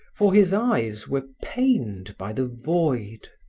for his eyes were pained by the void.